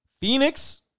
Phoenix